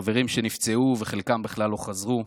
חברים שנפצעו וחלקם בכלל לא חזרו,